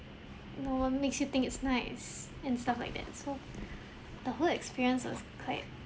no what makes you think it's nice and stuff like that so the whole experience was quite